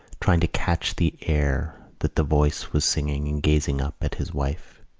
trying to catch the air that the voice was singing and gazing up at his wife.